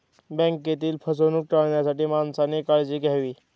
बँकेतील फसवणूक टाळण्यासाठी माणसाने काळजी घ्यावी